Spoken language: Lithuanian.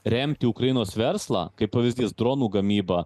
remti ukrainos verslą kaip pavyzdys dronų gamyba